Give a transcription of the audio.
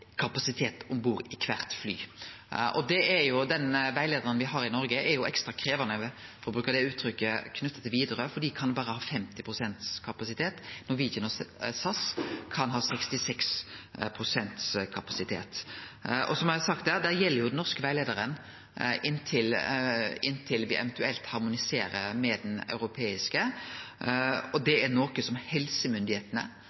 kapasitet om bord i kvart fly. Den retteleiaren me har i Noreg, er ekstra krevjande – for å bruke det uttrykket – når det gjeld Widerøe, for dei kan berre ha 50 pst. kapasitet. Norwegian og SAS kan ha 66 pst. kapasitet. Den norske rettleiaren gjeld inntil me eventuelt harmoniserer med den europeiske.